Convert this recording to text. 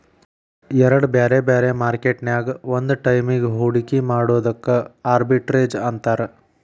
ಎರಡ್ ಬ್ಯಾರೆ ಬ್ಯಾರೆ ಮಾರ್ಕೆಟ್ ನ್ಯಾಗ್ ಒಂದ ಟೈಮಿಗ್ ಹೂಡ್ಕಿ ಮಾಡೊದಕ್ಕ ಆರ್ಬಿಟ್ರೇಜ್ ಅಂತಾರ